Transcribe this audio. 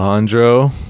Alejandro